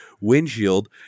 windshield